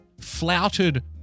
flouted